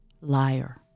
Liar